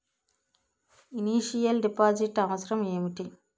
Initial deposit అవసరం ఏమిటి?